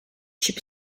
щоб